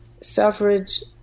suffrage